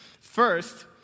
First